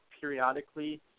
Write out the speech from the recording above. periodically